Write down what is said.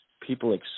people